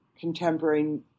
contemporary